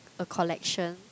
a collection